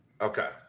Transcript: Okay